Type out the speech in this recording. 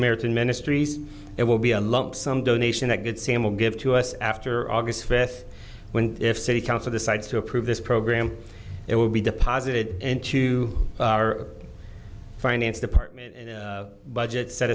samaritan ministries it will be a lump sum donation that good sam will give to us after august fifth when if city council decides to approve this program it will be deposited into our finance department budget set